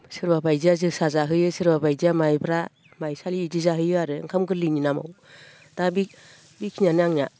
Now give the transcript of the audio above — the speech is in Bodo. सोरबा बायदिया जोसा जाहोयो सोरबा बायदिया माइब्रा माइसालि इदि जाहोयो आरो ओंखाम गोरलैनि नामाव दा बे बेखिनियानो आंनिया